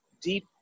deep